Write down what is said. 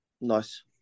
Nice